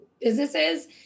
businesses